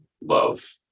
love